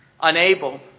unable